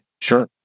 Sure